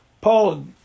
Paul